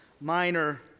minor